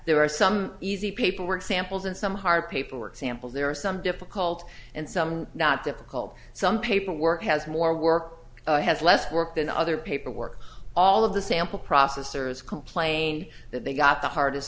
there are some easy paperwork samples and some hard paperwork samples there are some difficult and some not difficult some paperwork has more work has less work than other paperwork all of the sample processors complain that they got the hardest